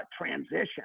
transition